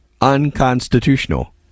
Unconstitutional